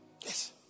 Yes